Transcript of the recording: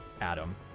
adam